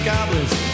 Goblins